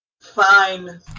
Fine